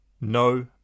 no